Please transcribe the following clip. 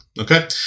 okay